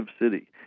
city